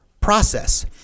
process